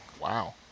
Wow